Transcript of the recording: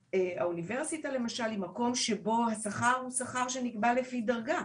האוניברסיטה למשל השכר הוא דבר שנקבע לפי דרגה,